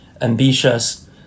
ambitious